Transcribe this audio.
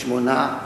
שמונה,